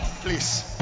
Please